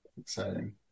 Exciting